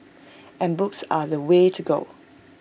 and books are the way to go